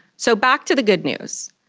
so, back to the good news.